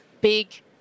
big